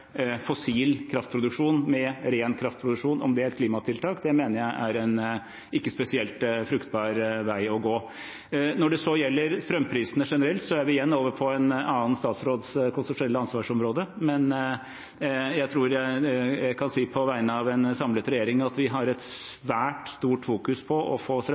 fossil kraftproduksjon med ren kraftproduksjon er et klimatiltak, mener jeg er en ikke spesielt fruktbar vei å gå. Når det så gjelder strømprisene generelt, er vi igjen over på en annen statsråds konstitusjonelle ansvarsområde, men jeg tror jeg kan si på vegne av en samlet regjering at vi har et svært stort fokus på å få